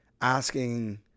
asking